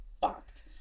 fucked